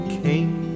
came